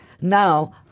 Now